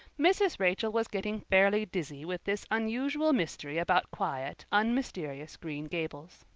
mrs. rachel was getting fairly dizzy with this unusual mystery about quiet, unmysterious green gables.